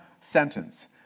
sentence